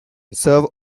serve